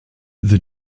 the